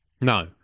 no